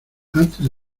antes